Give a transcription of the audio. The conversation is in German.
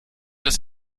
das